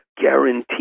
guarantee